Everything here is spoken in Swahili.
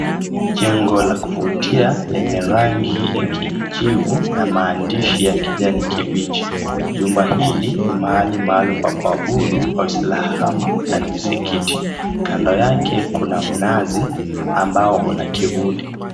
Jengo la kuvutia lenye rangi ya kijivu na maandishi ya kijani kibichi. Jumba hili ni mahali maalum pa kuabudu waislamu na ni msikiti, kando yake kuna mnazi ambao una kivuli.